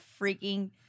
freaking